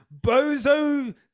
bozo